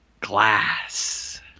Glass